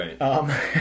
Right